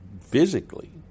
physically